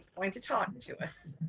going to talk to us,